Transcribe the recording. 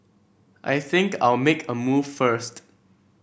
I think I'll make a move first